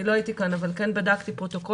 אני לא הייתי כאן אבל כן בדקתי פרוטוקולים.